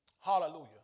Hallelujah